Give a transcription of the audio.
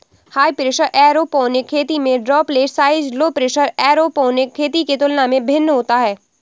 high pressure aeroponic खेती में droplet size low pressure aeroponic खेती के तुलना में भिन्न होता है